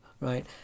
Right